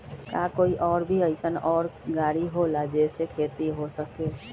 का कोई और भी अइसन और गाड़ी होला जे से खेती हो सके?